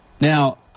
Now